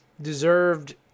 deserved